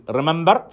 Remember